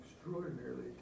extraordinarily